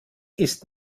ist